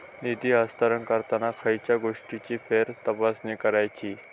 निधी हस्तांतरण करताना खयच्या गोष्टींची फेरतपासणी करायची?